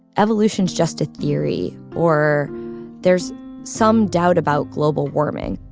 evolution is just a theory or there's some doubt about global warming